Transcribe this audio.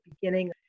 beginning